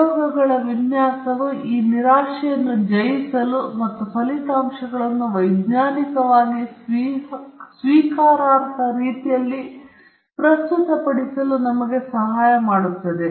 ಪ್ರಯೋಗಗಳ ವಿನ್ಯಾಸವು ಈ ನಿರಾಶೆಯನ್ನು ಜಯಿಸಲು ಮತ್ತು ಫಲಿತಾಂಶಗಳನ್ನು ವೈಜ್ಞಾನಿಕವಾಗಿ ಸ್ವೀಕಾರಾರ್ಹ ರೀತಿಯಲ್ಲಿ ಪ್ರಸ್ತುತಪಡಿಸಲು ನಮಗೆ ಸಹಾಯ ಮಾಡುತ್ತದೆ